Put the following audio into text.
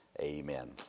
amen